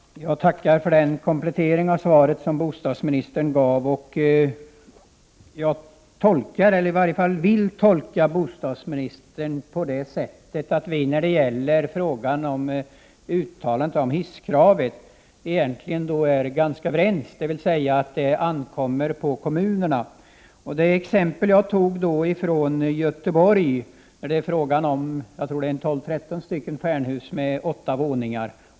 Herr talman! Jag tackar för den komplettering av svaret som bostadsministern gav. Jag tolkar — eller vill i varje fall tolka — bostadsministern så, att vi när det gäller hisskravet egentligen är ganska överens, dvs. att detta ankommer på kommunerna. Det exempel jag tog från Göteborg gällde 12-13 stjärnhus med 8 våningar.